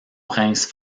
prince